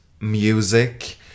music